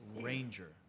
ranger